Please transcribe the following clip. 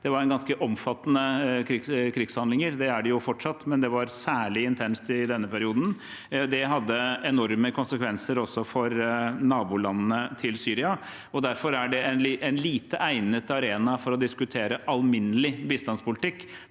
Det var ganske omfattende krigshandlinger. Det er det fortsatt, men det var særlig intenst i denne perioden. Det hadde enorme konsekvenser også for nabolandene til Syria. Derfor er dette en lite egnet arena for å diskutere alminnelig bistandspolitikk,